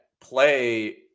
play